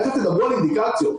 תיכף תדברו על אינדיקציות,